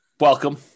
Welcome